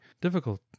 difficult